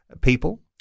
people